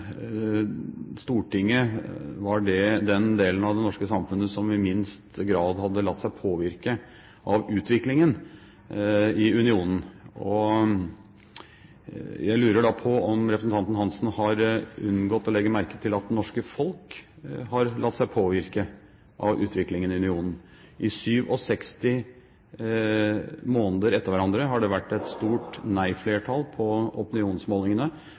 Stortinget var den delen av det norske samfunnet som i minst grad har latt seg påvirke av utviklingen i unionen. Jeg lurer da på om representanten Hansen har unngått å legge merke til at det norske folk har latt seg påvirke av utviklingen i unionen. I 67 måneder etter hverandre har det vært et stort nei-flertall på opinionsmålingene.